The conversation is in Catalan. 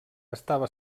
estava